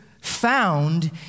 found